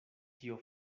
tio